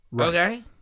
Okay